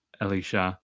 Elisha